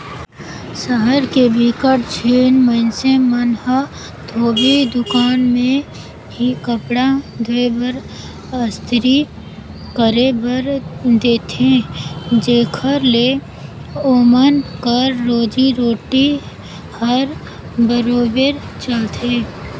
सहर के बिकट झिन मइनसे मन ह धोबी दुकान में ही कपड़ा धोए बर, अस्तरी करे बर देथे जेखर ले ओमन कर रोजी रोटी हर बरोबेर चलथे